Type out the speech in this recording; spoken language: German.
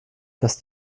das